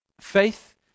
Faith